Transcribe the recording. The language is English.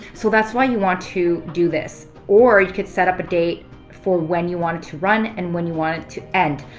so that's why you want to do this. or you could set up a date for when you want it to run and when you want it to end.